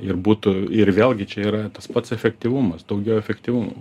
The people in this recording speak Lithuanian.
ir būtų ir vėlgi čia yra tas pats efektyvumas daugiau efektyvumo